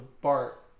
Bart